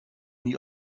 nie